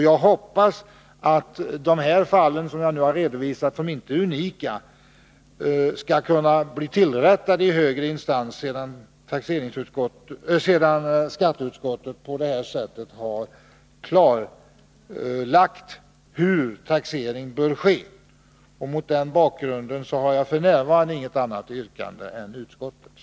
Jag hoppas att de här fallen, som jag har redovisat och som inte är unika, skall bli tillrättalagda i högre instans, efter att skatteutskottet nu på detta sätt har klarlagt hur taxering bör ske. Mot denna bakgrund har jag f. n. inget annat yrkande än utskottets.